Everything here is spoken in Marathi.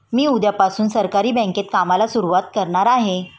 मी उद्यापासून सहकारी बँकेत कामाला सुरुवात करणार आहे